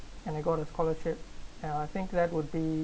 and I got a scholarship and I think that would be